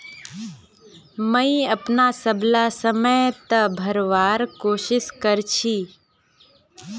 मुई अपनार सबला समय त भरवार कोशिश कर छि